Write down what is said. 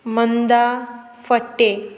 Manda Phadte